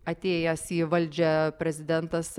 atėjęs į valdžią prezidentas